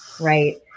right